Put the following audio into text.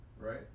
right